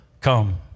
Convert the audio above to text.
come